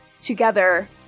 together